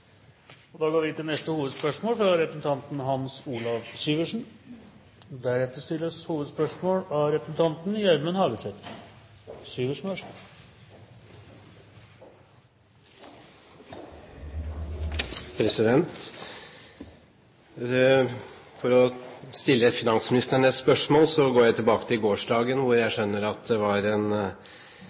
vi må se dette over tid. Vi går videre til neste hovedspørsmål. For å stille finansministeren et spørsmål går jeg tilbake til gårsdagen: Jeg skjønner at det var